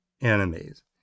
enemies